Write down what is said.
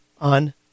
on